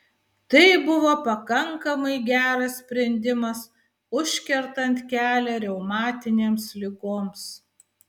tai buvo pakankamai geras sprendimas užkertant kelią reumatinėms ligoms